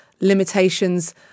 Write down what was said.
limitations